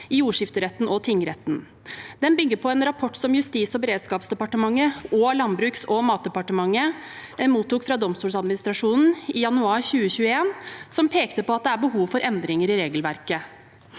i jordskifteretten og i tingretten. Den bygger på en rapport som Justis- og beredskapsdepartementet og Landbruks- og matdepartementet mottok fra Domstolsadministrasjonen i januar 2021, som pekte på at det er behov for endringer i regelverket.